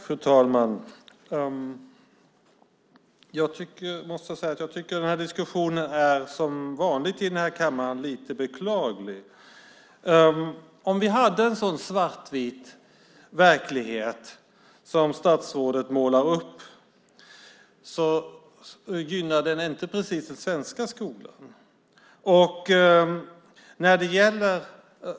Fru talman! Jag måste säga att jag tycker att den här diskussionen, som vanligt i den här kammaren, är lite beklaglig. Om vi hade en sådan svartvit verklighet som den som statsrådet målar upp så gynnar det inte precis den svenska skolan.